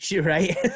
right